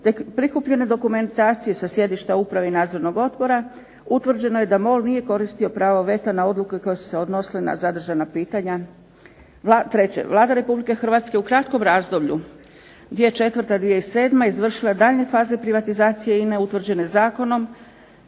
prikupljene dokumentacije sa sjedišta uprave i Nadzornog odbora utvrđeno je da MOL nije koristio pravo veta na odluke koje su se odnosile na zadržana pitanja. 3. Vlada Republike Hrvatske u kratkom razdoblju 2004./2007. izvršuje daljnje faze privatizacije INA-e utvrđene Zakonom